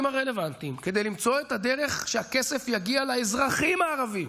הרלוונטיים כדי למצוא את הדרך שהכסף יגיע לאזרחים הערבים